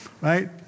Right